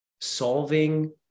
Solving